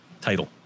title